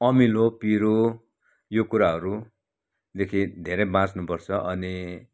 अमिलो पिरो यो कुराहरूदेखि धेरै बाँच्नुपर्छ अनि